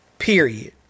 Period